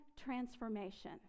transformation